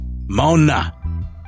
Mona